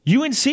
UNC